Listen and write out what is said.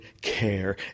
care